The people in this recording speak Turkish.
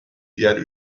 diğer